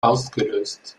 ausgelöst